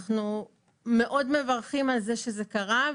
אנחנו מאוד מברכים על זה שזה קרה,